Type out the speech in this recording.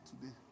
today